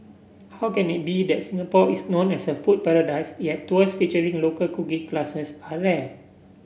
how can it be that Singapore is known as a food paradise yet tours featuring local cooking classes are rare